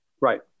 Right